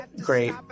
great